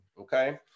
Okay